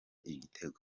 igitego